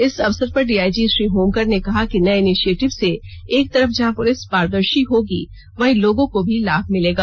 इस अवसर पर डीआईजी श्री होमकर ने कहा कि नए इनीशिएटिव से एक तरफ जहां पुलिस पारदर्शी होगी वही लोगों को भी लाभ मिलेगा